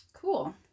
Cool